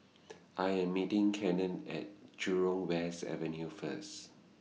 I Am meeting Cannon At Jurong West Avenue First